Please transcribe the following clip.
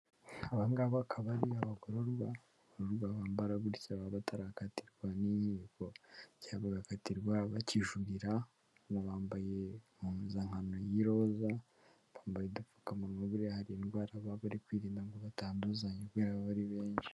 Aba ngaba bakaba ari abagororwa, urumva abambara gutya baba batarakatirwa n'inkiko cyangwa bagakatirwa bakijurira, bambaye impuzankano y'iroza, bambara idupfukamunwa buriya hari indwara baba bari kwirinda ngo batanduzanya kubera baba ari benshi.